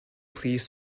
please